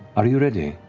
are you ready?